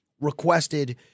requested